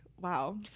Wow